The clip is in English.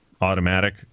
Automatic